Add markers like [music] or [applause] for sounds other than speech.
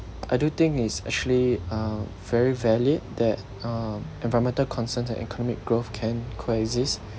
I do think it's actually uh very valid that um environmental concerns and economic growth can coexist [breath]